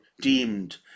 deemed